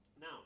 Now